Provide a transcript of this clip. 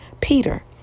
Peter